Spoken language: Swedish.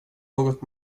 något